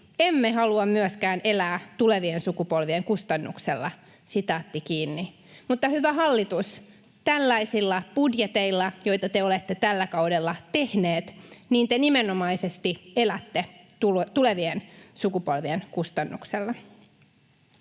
”Emme halua myöskään elää tulevien sukupolvien kustannuksella.” Mutta hyvä hallitus, tällaisilla budjeteilla, joita te olette tällä kaudella tehneet, te nimenomaisesti elätte tulevien sukupolvien kustannuksella.